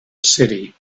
city